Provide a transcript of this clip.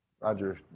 Roger